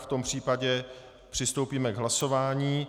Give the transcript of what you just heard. V tom případě přistoupíme k hlasování.